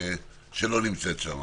שלא נמצאת שם.